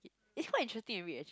it's quite interesting to read actually